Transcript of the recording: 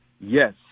yes